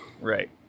Right